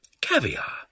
Caviar